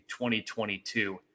2022